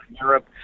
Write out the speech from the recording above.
Europe